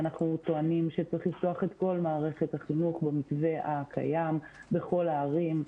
אנחנו טוענים שצריך לפתוח את כל מערכת החינוך במתווה הקיים בכל הערים.